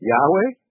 Yahweh